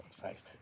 Thanks